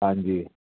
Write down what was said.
ਹਾਂਜੀ